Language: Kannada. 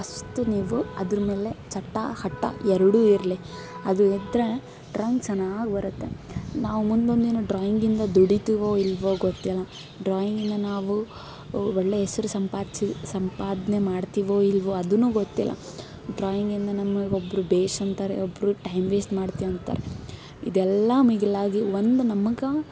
ಅಷ್ಟು ನೀವು ಅದರ ಮೇಲೆ ಚಟ ಹಠ ಎರಡೂ ಇರಲಿ ಅದು ಇದ್ರೆ ಡ್ರಾಯಿಂಗ್ ಚೆನ್ನಾಗಿ ಬರುತ್ತೆ ನಾವು ಮುಂದೊಂದಿನ ಡ್ರಾಯಿಂಗಿಂದ ದುಡಿತಿವೋ ಇಲ್ಲವೋ ಗೊತ್ತಿಲ್ಲ ಡ್ರಾಯಿಂಗಿಂದ ನಾವು ಒಳ್ಳೆ ಹೆಸ್ರು ಸಂಪಾದಿಸಿ ಸಂಪಾದನೆ ಮಾಡ್ತೀವೊ ಇಲ್ಲವೋ ಅದೂ ಗೊತ್ತಿಲ್ಲ ಡ್ರಾಯಿಂಗಿಂದ ನಮಗೆ ಒಬ್ಬರು ಭೇಷ್ ಅಂತಾರೆ ಒಬ್ಬರು ಟೈಮ್ ವೇಸ್ಟ್ ಮಾಡ್ತೀಯ ಅಂತಾರೆ ಇದೆಲ್ಲ ಮಿಗಿಲಾಗಿ ಒಂದು ನಮಗೆ